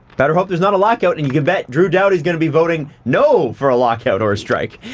better hope there's not a lockout and you can bet drew doughty is gonna be voting no for a lockout or strike.